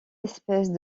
espèces